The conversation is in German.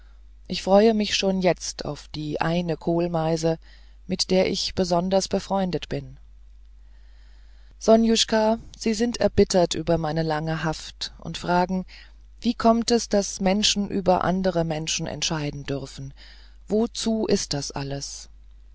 ich freue mich schon jetzt auf die eine kohlmeise mit der ich besonders befreundet bin sonjuscha sie sind erbittert über meine lange haft und fragen wie kommt es daß menschen über andere menschen entscheiden dürfen wozu ist das alles